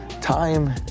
time